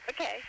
Okay